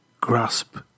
grasp